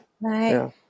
Right